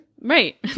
Right